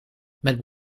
met